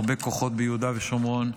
הרבה כוחות ביהודה ושומרון,